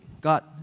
God